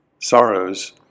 Sorrows